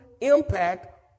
impact